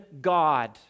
God